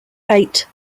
eight